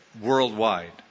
worldwide